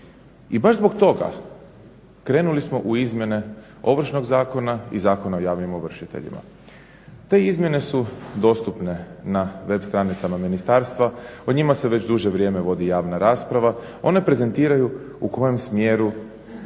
I baš zbog toga krenuli smo u izmjene Ovršnog zakona i Zakona o javnim ovršiteljima. Te izmjene su dostupne na web stranicama ministarstva, o njima se već duže vrijeme vodi javna rasprava, one prezentiraju u kojem smjeru